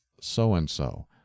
so-and-so